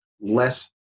less